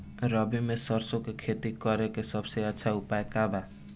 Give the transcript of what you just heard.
रबी में सरसो के खेती करे के सबसे अच्छा उपाय का बा?